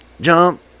jump